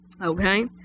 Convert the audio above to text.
Okay